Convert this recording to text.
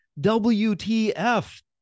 WTF